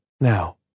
Now